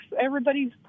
Everybody's